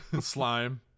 Slime